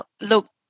Look